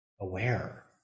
aware